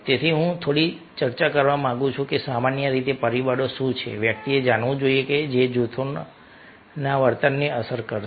તેથી હું થોડી ચર્ચા કરવા માંગુ છું કે સામાન્ય રીતે પરિબળો શું છે વ્યક્તિએ જાણવું જોઈએ કે જે જૂથના વર્તનને અસર કરશે